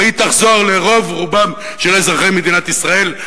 והיא תחזור לרוב-רובם של אזרחי מדינת ישראל,